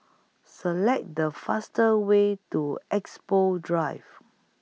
Select The faster Way to Expo Drive